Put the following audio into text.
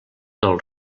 del